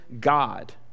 God